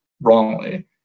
wrongly